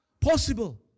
possible